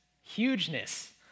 hugeness